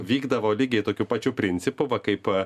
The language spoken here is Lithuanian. vykdavo lygiai tokiu pačiu principu va kaip